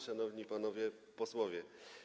Szanowni Panowie Posłowie!